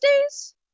days